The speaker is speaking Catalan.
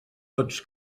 tots